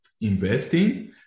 investing